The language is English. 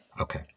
okay